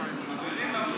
חברים,